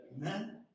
Amen